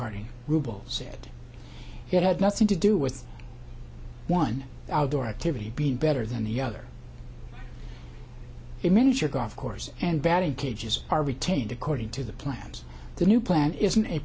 karting rubel said it had nothing to do with one outdoor activity be better than the other a miniature golf course and battery cages are retained according to the plans the new plan isn't a